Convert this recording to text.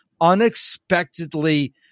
unexpectedly